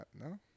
no